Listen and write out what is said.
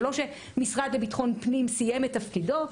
זה לא שהמשרד לביטחון פנים סיים את תפקידו,